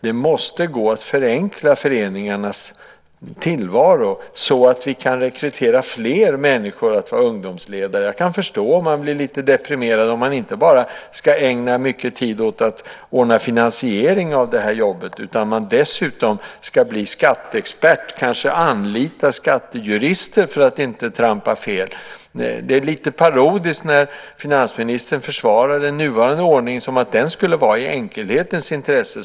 Det måste gå att förenkla föreningarnas tillvaro så att vi kan rekrytera fler människor till att bli ungdomsledare. Jag kan förstå om man blir lite deprimerad om man inte bara ska ägna mycket tid åt att ordna finansiering av det här jobbet utan dessutom bli skatteexpert och kanske anlita skattejurister för att inte trampa fel. Det är lite parodiskt när finansministern försvarar den nuvarande ordningen med att den skulle vara i enkelhetens intresse.